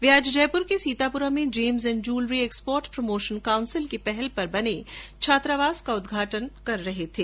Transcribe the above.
वे आज जयपुर के सीतापुरा में gems and jewellery export promotion council की पहल पर बने छात्रावास का उदघाटन अवसर पर बोल रहे थे